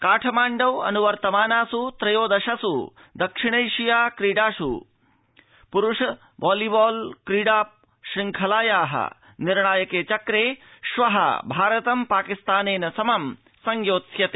काठमाण्डौ अन्वर्तमानास् त्रयोदशस् दक्षिणैशिया क्रीडास् प्रुष वॉलबॉल क्रीडा शृंखलाया निर्णायके चक्रे श्वो भारतं पाकिस्तानेन समं संयोत्स्यते